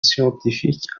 scientifique